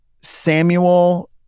Samuel